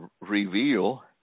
reveal